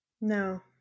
No